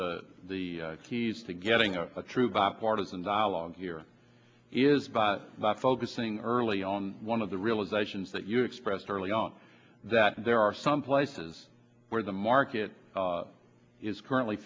the the keys to getting a true bipartisan dialogue here is by focusing early on one of the realizations that you expressed early on that there are some places where the market is currently